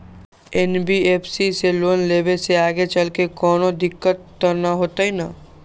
NBFC से loan लेबे से आगेचलके कौनो दिक्कत त न होतई न?